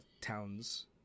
towns